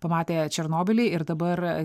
pamatę černobylį ir dabar